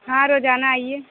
ہاں روزانہ آئیے